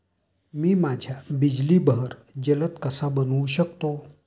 मी माझ्या बिजली बहर जलद कसा बनवू शकतो?